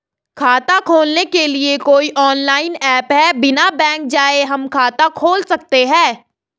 खाता खोलने के लिए कोई ऑनलाइन ऐप है बिना बैंक जाये हम खाता खोल सकते हैं?